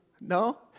No